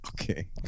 Okay